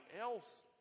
else